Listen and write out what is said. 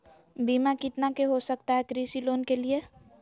बीमा कितना के हो सकता है कृषि लोन के लिए?